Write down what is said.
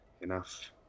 enough